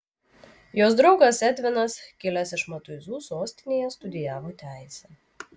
jos draugas edvinas kilęs iš matuizų sostinėje studijavo teisę